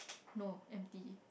no empty